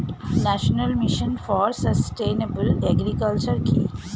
National mission for sustainable agriculture কি?